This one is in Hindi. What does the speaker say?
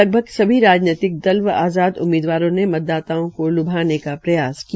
लगभग सभी राजनीतिक दल व आज़ाद उम्मीदवारों ने मतदाताओं को ल्भाने का प्रयास किया